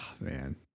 man